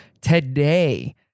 today